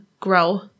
Grow